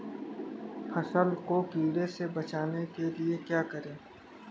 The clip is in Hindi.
फसल को कीड़ों से बचाने के लिए क्या करें?